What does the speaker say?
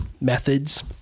methods